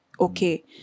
okay